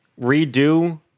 redo